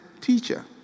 teacher